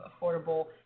affordable